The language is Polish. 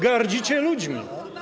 Gardzicie ludźmi.